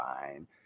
fine